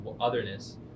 otherness